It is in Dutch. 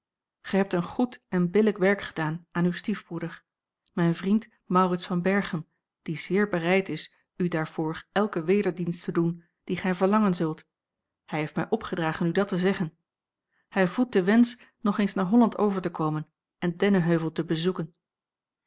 gij hebt een goed en billijk werk gedaan aan uw stiefbroeder mijn vriend maurits van berchem die zeer bereid is u daarvoor elken wederdienst te doen dien gij verlangen zult hij heeft mij opgedragen u dat te zeggen hij voedt den wensch nog eens naar holland over te komen en dennenheuvel te bezoeken